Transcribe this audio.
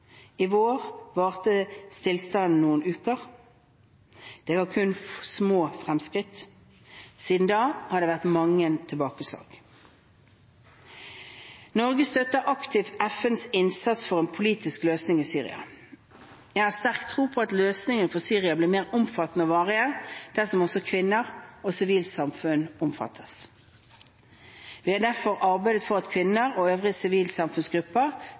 I vår varte stillstanden noen uker. Det ga kun små framskritt. Siden da har det vært mange tilbakeslag. Norge støtter aktivt FNs innsats for en politisk løsning i Syria. Jeg har sterk tro på at løsningene for Syria blir mer omfattende og varige dersom også kvinner og sivilt samfunn omfattes. Vi har derfor arbeidet for at kvinner og øvrige sivilsamfunnsgrupper